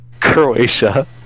Croatia